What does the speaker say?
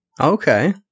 okay